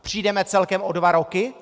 Přijdeme celkem o dva roky?